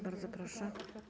Bardzo proszę.